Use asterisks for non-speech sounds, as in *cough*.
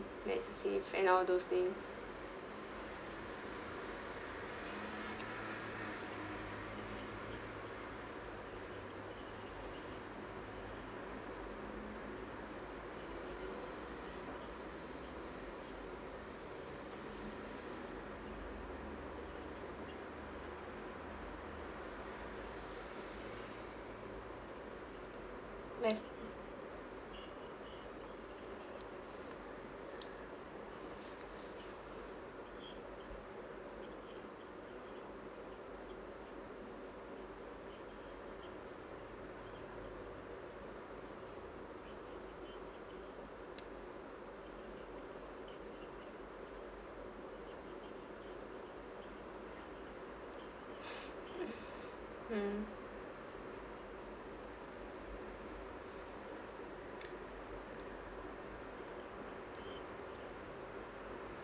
MediSave and all those things *laughs* mmhmm